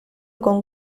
con